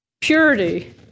purity